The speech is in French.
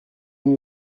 nous